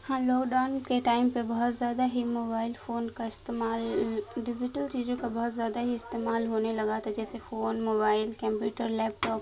ہاں lockdown کے time پہ بہت زیادہ ہی موبائل فون کا استعمال ڈیجیٹل چیزوں کا بہت زیادہ ہی استعمال ہونے لگا تھا جیسے فون موبائل کمپیوٹر لیپ ٹاپ